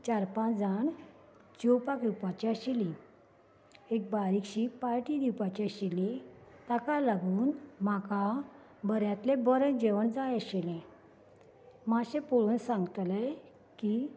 चार पांच जाण जेवपाक येवपाचीं आशिल्लीं एक बारिकशी पार्टी दिवपाची आशिल्ली ताका लागून म्हाका बऱ्यातलें बरें जेवण जाय आशिलें मातशें पळोवन सांगतले की